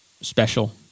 special